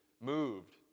moved